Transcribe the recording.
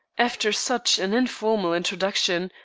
after such an informal introduction,